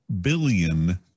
billion